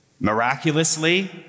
miraculously